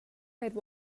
said